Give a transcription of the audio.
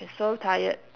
she's so tired